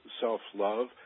self-love